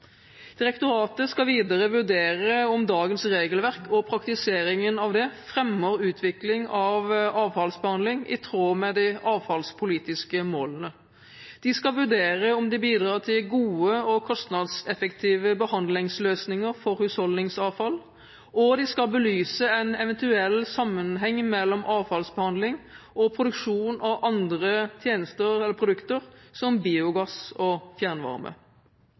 Direktoratet skal videre vurdere om dagens regelverk og praktiseringen av det fremmer utvikling av avfallsbehandling i tråd med de avfallspolitiske målene. De skal vurdere om det bidrar til gode og kostnadseffektive behandlingsløsninger for husholdningsavfall, og de skal belyse en eventuell sammenheng mellom avfallsbehandling og produksjon av andre tjenester/produkter, som biogass og fjernvarme.